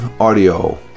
Audio